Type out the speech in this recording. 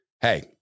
Hey